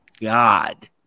God